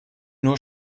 nur